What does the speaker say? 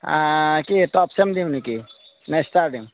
কি টপচেম দিওঁ নেকি নে ষ্টাৰ দিম